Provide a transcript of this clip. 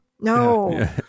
No